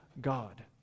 God